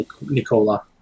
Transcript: Nicola